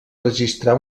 registrar